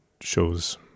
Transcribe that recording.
shows